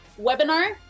webinar